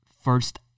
first